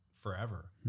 Forever